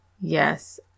Yes